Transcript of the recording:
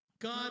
God